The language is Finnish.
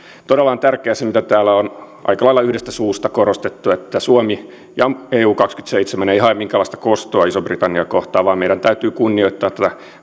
todella on tärkeää se mitä täällä on aika lailla yhdestä suusta korostettu että suomi ja eu kaksikymmentäseitsemän ei hae minkäänlaista kostoa isoa britanniaa kohtaan vaan meidän täytyy kunnioittaa